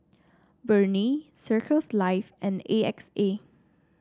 Burnie Circles Life and A X A